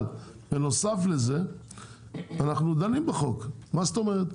אבל, בנוסף לזה אנחנו דנים בחוק מה זאת אומרת?